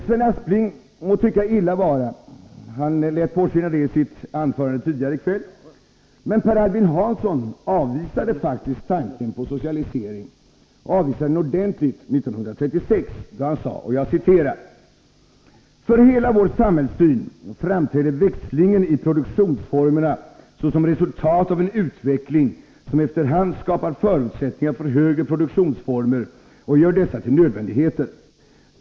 Sven Aspling må tycka illa vara — han lät påskina det i sitt anförande tidigare i kväll = men Per 177 Albin Hansson avvisade faktiskt tanken på socialisering, och han gjorde det ordentligt, år 1936 då han sade: ”För hela vår samhällssyn framträder växlingen i produktionsformerna såsom resultat av en utveckling, som efter hand skapar förutsättningar för högre produktionsformer och gör dessa till nödvändigheter.